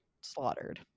slaughtered